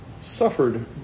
suffered